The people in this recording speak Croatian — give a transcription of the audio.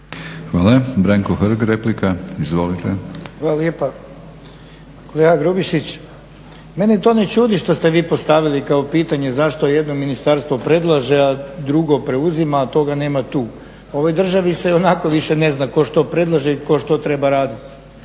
Hvala. Branko Hrg replika. Izvolite. **Hrg, Branko (HSS)** Hvala lijepa. Kolega Grubišić mene to ne čudi što ste vi postavili kao pitanje zašto jedno ministarstvo predlaže, a drugo preuzima, a toga nema tu. Ovoj državi se i onako više ne zna tko što predlaže i tko što treba raditi.